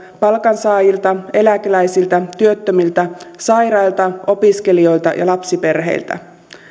palkansaajilta eläkeläisiltä työttömiltä sairailta opiskelijoilta ja lapsiperheiltä